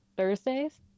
Thursdays